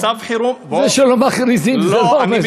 מצב חירום, בוא, זה שלא מכריזים, זה לא אומר, לא.